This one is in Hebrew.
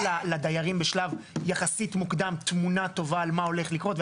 לדיירים בשלב יחסית מוקם תמונה טובה על מה הולך לקרות,